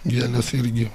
gėles irgi